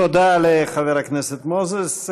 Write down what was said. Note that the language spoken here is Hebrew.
תודה לחבר הכנסת מוזס.